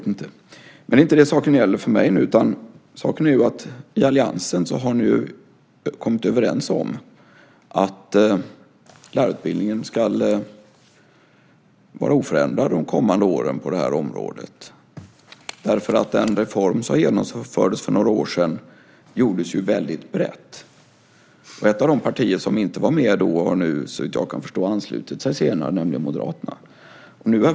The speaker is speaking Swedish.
Det är dock inte det som saken nu gäller för mig, utan saken är den att ni i alliansen kommit överens om att lärarutbildningen på det här området ska vara oförändrad under de kommande åren. Den reform som genomfördes för några år sedan gjordes ju väldigt brett. Ett av de partier som då inte var med har, såvitt jag kan förstå, senare anslutit sig, nämligen Moderaterna.